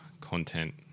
content